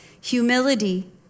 Humility